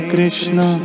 Krishna